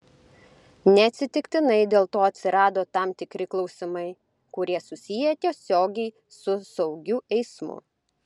neatsitiktinai dėl to atsirado tam tikri klausimai kurie susiję tiesiogiai su saugiu eismu